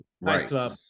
right